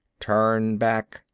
turn back,